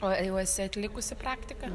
o jau esi atlikusi praktiką dar